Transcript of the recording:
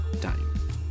time